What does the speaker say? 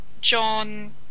John